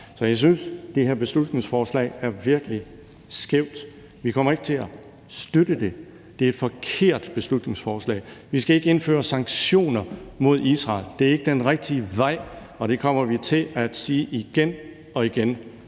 Så jeg synes, det her beslutningsforslag er virkelig skævt. Vi kommer ikke til at støtte det. Det er et forkert beslutningsforslag. Vi skal ikke indføre sanktioner mod Israel. Det er ikke den rigtige vej at gå, og det kommer vi til at sige igen og igen.